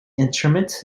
instruments